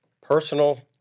personal